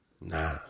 Nah